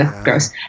gross